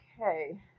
Okay